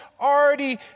already